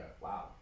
Wow